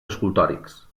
escultòrics